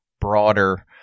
broader